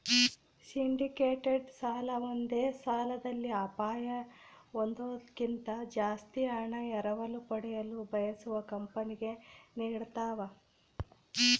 syndicated ಸಾಲ ಒಂದೇ ಸಾಲದಲ್ಲಿ ಅಪಾಯ ಹೊಂದೋದ್ಕಿಂತ ಜಾಸ್ತಿ ಹಣ ಎರವಲು ಪಡೆಯಲು ಬಯಸುವ ಕಂಪನಿ ನೀಡತವ